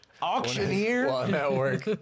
auctioneer